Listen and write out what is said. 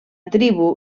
tribu